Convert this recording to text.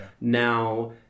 Now